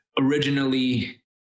originally